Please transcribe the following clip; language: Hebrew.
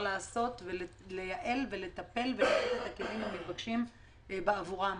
לעשות ולייעל ולטפל ולתת את הכלים המתבקשים בעבורם.